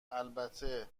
البته